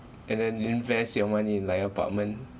and then invest your money in like apartment